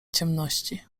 ciemności